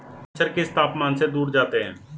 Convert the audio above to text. मच्छर किस तापमान से दूर जाते हैं?